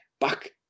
back